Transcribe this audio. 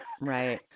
Right